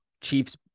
Chiefs